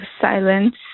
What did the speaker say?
silence